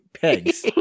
pegs